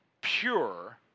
pure